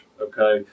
Okay